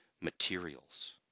materials